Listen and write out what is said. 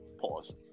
Pause